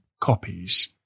copies